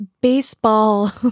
baseball